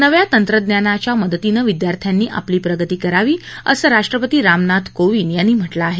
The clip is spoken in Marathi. नव्या तंत्रज्ञानाच्या मदतीनं विद्यार्थ्यांनी आपली प्रगती करावी असं राष्ट्रपती रामनाथ कोविंद यांनी म्हटलं आहे